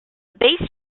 basic